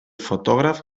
fotògraf